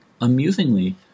Amusingly